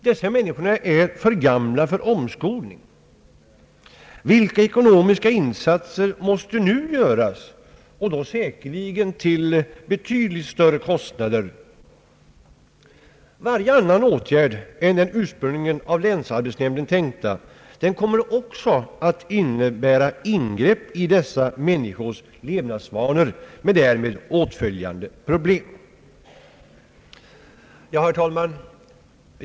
Dessa människor är för gamla för omskolning. Vilka ekonomiska insatser måste inte nu göras och säkerligen då till betydligt större kostnader? Varje annan åtgärd än den av länsarbetsnämnden ursprungligen tänkta kommer också att innebära ingrepp i dessa människors levnadsvanor med därmed åtföljande problem.